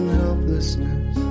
helplessness